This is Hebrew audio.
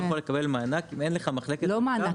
יכול לקבל מענק אם אין לך מחלקת --- לא מענק,